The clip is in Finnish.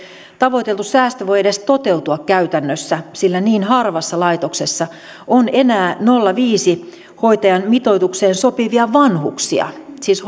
tavoiteltu säästö voi edes toteutua käytännössä sillä niin harvassa laitoksessa on enää nolla pilkku viisi hoitajamitoitukseen sopivia vanhuksia siis